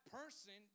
person